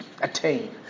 attain